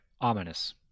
ominous